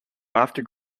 after